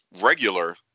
regular